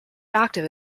active